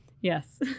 Yes